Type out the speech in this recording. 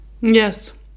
Yes